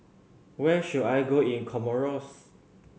where should I go in Comoros